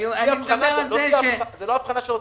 זה לא הבחנה שעושים.